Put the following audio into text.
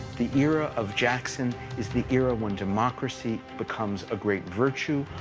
the era of jackson is the era when democracy becomes a great virtue,